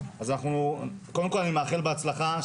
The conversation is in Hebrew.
אז קודם כל אני מאחל בהצלחה,